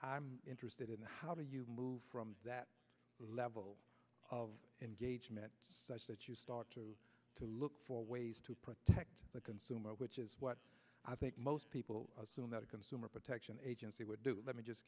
i'm interested in how do you move from that level of engagement such that you start to look for ways to protect the consumer which is what i think most people assume that a consumer protection agency would do let me just